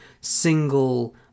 single